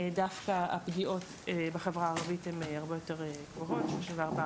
הפגיעות בחברה הערבית הן הרבה יותר גבוהות, 34%,